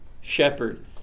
shepherd